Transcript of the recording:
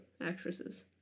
actresses